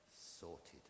sorted